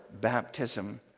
baptism